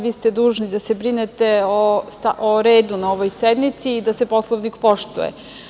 Vi ste dužni da se brinete o redu na ovoj sednici i da se Poslovnik poštuje.